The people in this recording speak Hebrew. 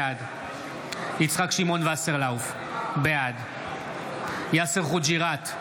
בעד יצחק שמעון וסרלאוף, בעד יאסר חוג'יראת,